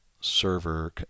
server